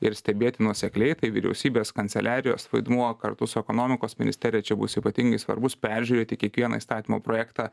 ir stebėti nuosekliai tai vyriausybės kanceliarijos vaidmuo kartu su ekonomikos ministerija čia bus ypatingai svarbus peržiūrėti kiekvieną įstatymo projektą